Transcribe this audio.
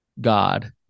God